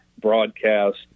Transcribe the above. broadcast